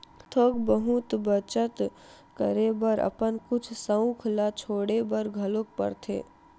थोक बहुत बचत करे बर अपन कुछ सउख ल छोड़े बर घलोक परथे